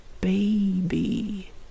baby